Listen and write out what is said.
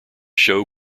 show